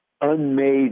unmade